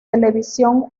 televisión